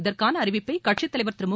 இதற்கான அறிவிப்பை கட்சித்தலைவர் திரு மு